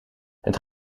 het